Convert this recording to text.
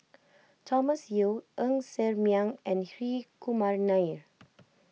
Thomas Yeo Ng Ser Miang and Hri Kumar Nair